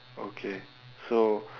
okay so